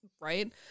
Right